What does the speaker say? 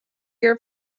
year